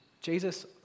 Jesus